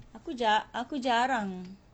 aku jarang